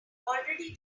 already